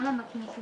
בוקר טוב לכולם.